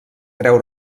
creu